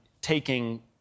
taking